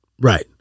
Right